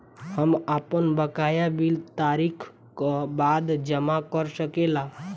हम आपन बकाया बिल तारीख क बाद जमा कर सकेला?